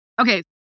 Okay